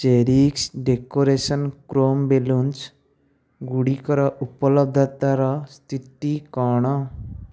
cherish x decoration chrome balloons ଗୁଡ଼ିକର ଉପଲବ୍ଧତାର ସ୍ଥିତି କ'ଣ